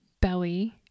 belly